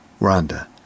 Rhonda